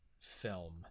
film